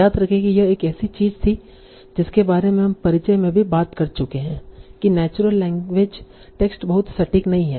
याद रखें कि यह एक ऐसी चीज थी जिसके बारे में हम परिचय में भी बात कर चुके हैं कि नेचुरल लैंग्वेज टेक्स्ट बहुत सटीक नहीं है